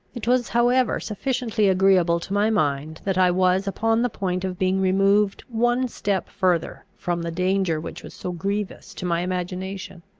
it was however sufficiently agreeable to my mind, that i was upon the point of being removed one step further from the danger which was so grievous to my imagination.